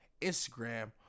Instagram